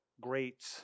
great